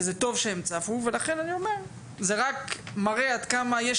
וזה טוב שהם צפו; זה רק מראה עד כמה יש